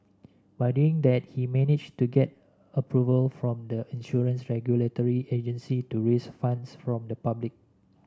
by doing that he managed to get approval from the insurance regulatory agency to raise funds from the public